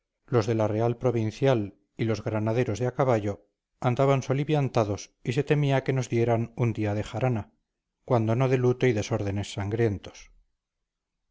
los de la real provincial y los granaderos de a caballo andaban soliviantados y se temía que nos dieran un día de jarana cuando no de luto y desórdenes sangrientos